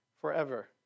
forever